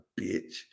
bitch